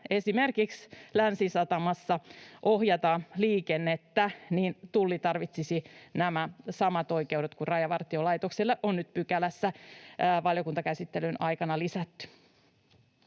esimerkiksi Länsisatamassa ohjata liikennettä, niin että Tulli tarvitsisi nämä samat oikeudet kuin Rajavartiolaitokselle on nyt pykälässä valiokuntakäsittelyn aikana lisätty.